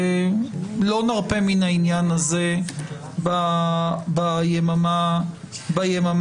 לא נרפה מן העניין הזה ביממה הקרובה.